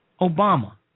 Obama